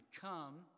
come